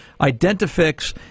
Identifix